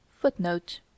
Footnote